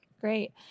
Great